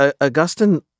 Augustine